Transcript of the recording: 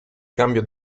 cambio